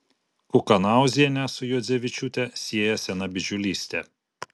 kukanauzienę su juodzevičiūte sieja sena bičiulystė